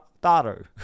daughter